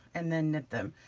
and then knit them,